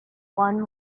one